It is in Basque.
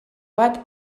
bat